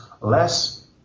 less